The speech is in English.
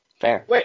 Fair